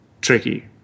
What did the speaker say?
tricky